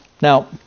Now